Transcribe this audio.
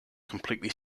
completely